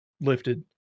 lifted